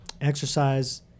exercise